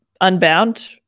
Unbound